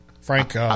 Frank